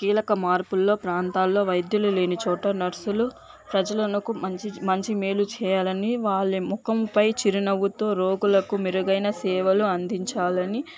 కీలక మార్పుల్లో ప్రాంతాల్లో వైద్యులు లేని చోట నర్సులు ప్రజలనుకు మంచి మంచి మేలు చేయాలనీ వాళ్ళ ముఖంపై చిరునవ్వుతో రోగులకు మెరుగైన సేవలు అందించాలని